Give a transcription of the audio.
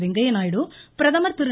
வெங்கய்ய நாயுடு பிரதமர் திரு